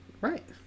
Right